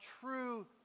true